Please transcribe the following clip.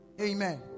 Amen